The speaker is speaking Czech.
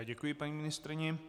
Děkuji paní ministryni.